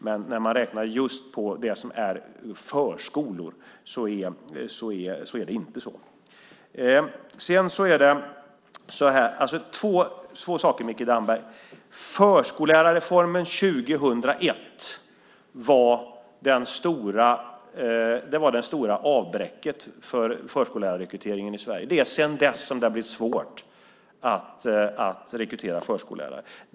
Men när man räknar just på förskolor är det inte så. Jag har två saker att säga till Micke Damberg. Förskollärarreformen 2001 var det stora avbräcket för förskollärarrekryteringen i Sverige. Det är sedan dess det har blivit svårt att rekrytera förskollärare.